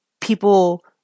people